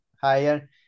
higher